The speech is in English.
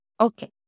Okay